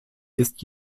ist